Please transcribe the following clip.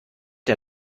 der